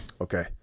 okay